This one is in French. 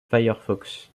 firefox